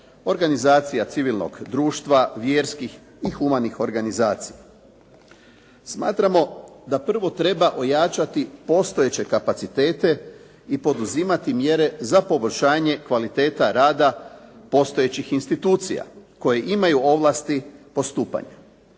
organizacija civilnog društva, vjerskih i humanih organizacija. Smatramo da prvo treba ojačati postojeće kapacitete i poduzimati mjere za poboljšanje kvaliteta rada postojećih institucija koje imaju ovlasti postupanja.